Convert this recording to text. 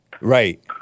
Right